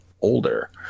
older